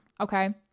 okay